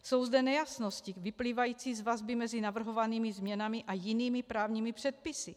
Jsou zde nejasnosti vyplývající z vazby mezi navrhovanými změnami a jinými právními předpisy.